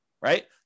right